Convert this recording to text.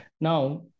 Now